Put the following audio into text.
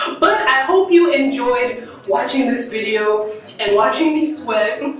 but i hope you enjoyed watching this video and watching me sweat